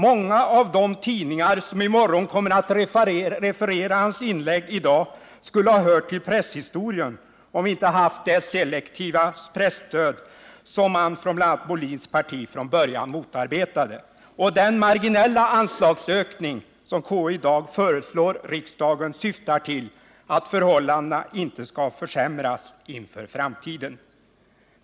Många av de tidningar som i morgon kommer att referera hans inlägg i dag skulle ha hört till presshistorien, om vi inte haft det selektiva presstöd som bl.a. Björn Molins parti från början motarbetat. Den marginella anslagsökning som konstitutionsutskottet i dag föreslår riksdagen syftar till att förhållandena inte skall reellt försämras inför framtiden.